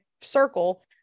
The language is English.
circle